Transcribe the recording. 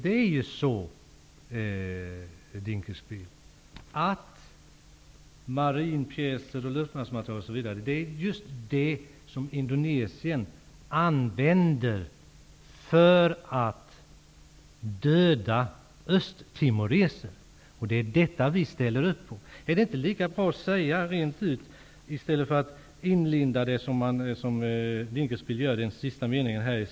Det är ju så, herr Dinkelspiel, att marinpjäser, luftvärnsmateriel osv., är just sådant som Indonesien använder för att döda östtimoreser. Det är detta vi ställer upp på. Är det inte lika bra att säga detta rent ut i stället för att linda in det, vilket Ulf Dinkelspiel gör i den sista meningen i sitt svar?